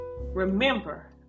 remember